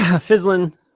Fizzling